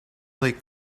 lake